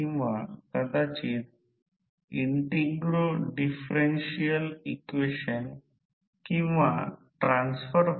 तर फक्त हेच सूत्र लक्षात ठेवल्यास हे सूत्र तर युनिटी पॉवर फॅक्टर ∅ 2 हा 0 आहे